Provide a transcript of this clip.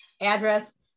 address